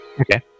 Okay